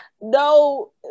no